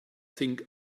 think